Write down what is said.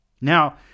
Now